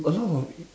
a lot of